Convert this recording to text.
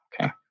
Okay